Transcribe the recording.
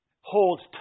holds